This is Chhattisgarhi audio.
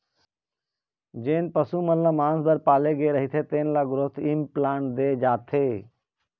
जेन पशु मन ल मांस बर पाले गे रहिथे तेन ल ग्रोथ इंप्लांट दे जाथे